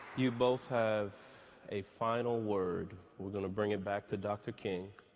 you both have a final word. we're going to bring it back to dr. king.